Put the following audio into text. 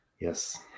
Yes